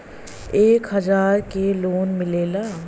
एक हजार के लोन मिलेला?